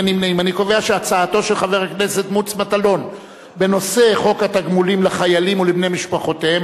הצעת חוק תגמולים לחיילים ולבני משפחותיהם